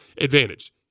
advantage